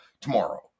tomorrow